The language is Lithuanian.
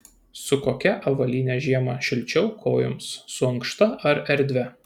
su kokia avalyne žiemą šilčiau kojoms su ankšta ar erdvia